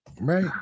Right